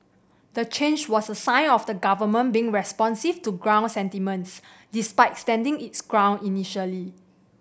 the change was a sign of the government being responsive to ground sentiments despite standing its ground initially